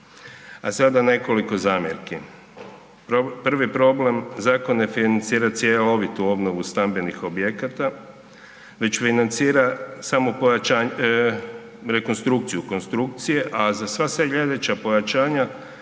A sada nekoliko zamjerki. Prvi problem, zakon ne financira cjelovitu obnovu stambenih objekata, već financira samo rekonstrukciju konstrukcije, a za sva sljedeća pojačanja